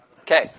Okay